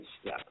step